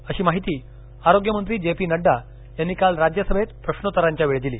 अशी माहिती आरोग्यमंत्री जे पी नड़डा यांनी काल राज्यसभेत प्रश्वोत्तरांच्या वेळी दिली